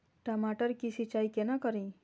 टमाटर की सीचाई केना करी?